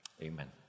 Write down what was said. Amen